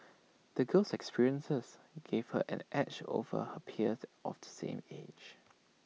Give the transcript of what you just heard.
the girl's experiences gave her an edge over her peers of the same age